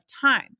time